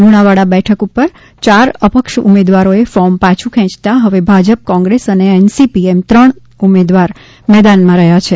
લુણાવાડા બેઠક ઉપર યાર અપક્ષ ઉમેદવારોએ ફોર્મ પાછું ખેંયતા હવે ભાજપ કોંગ્રેસ અ એનસીપી એમ ત્રણ ઉમેદવાર મેદાનમાં રહ્યા છે